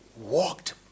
walked